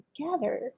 together